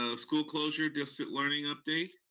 ah school closure, distant learning update.